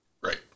Right